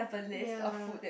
ya